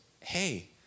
hey